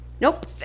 nope